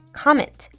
comment